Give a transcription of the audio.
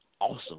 awesome